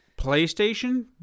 PlayStation